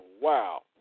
wow